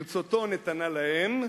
ברצותו נתנה להם,